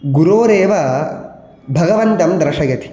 गुरोरेव भगवन्तं दर्शयति